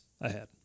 ahead